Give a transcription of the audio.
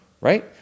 right